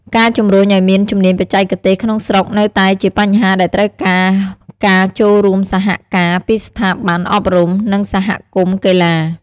ការជំរុញឲ្យមានជំនាញបច្ចេកទេសក្នុងស្រុកនៅតែជាបញ្ហាដែលត្រូវការការចូលរួមសហការពីស្ថាប័នអប់រំ និងសហគមន៍កីឡា។